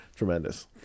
Tremendous